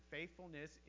Faithfulness